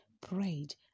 prayed